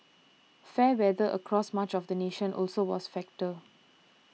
fair weather across much of the nation also was factor